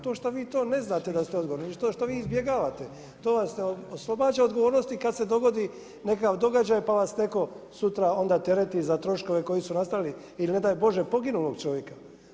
To što vi to ne znate da ste odgovorni i što vi izbjegavate to vas ne oslobađa od odgovornosti kad se dogodi nekakav događaj pa vas netko sutra tereti za troškove koji su nastali, ili ne daj Bože poginulog čovjeka.